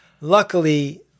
luckily